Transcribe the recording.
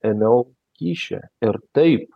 ėmiau kyšį ir taip